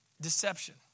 Deception